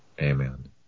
Amen